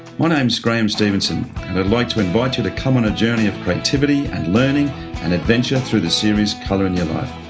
my name's graeme stevenson, and i'd like to invite you to come on journey of creativity and learning and adventure through the series colour in your life.